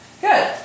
Good